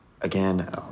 Again